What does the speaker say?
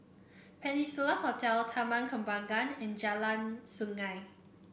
Peninsula Hotel Taman Kembangan and Jalan Sungei